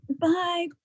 Bye